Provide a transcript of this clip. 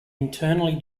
internally